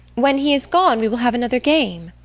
when he has gone we will have another game.